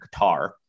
qatar